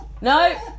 No